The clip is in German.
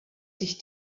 sich